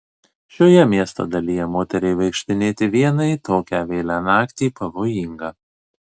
šioje miesto dalyje moteriai vaikštinėti vienai tokią vėlią naktį pavojinga